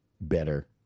better